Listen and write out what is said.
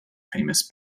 famous